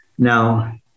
Now